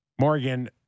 Morgan